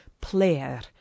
player